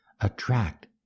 attract